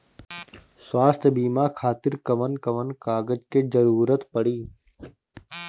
स्वास्थ्य बीमा खातिर कवन कवन कागज के जरुरत पड़ी?